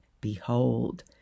Behold